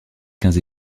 quinze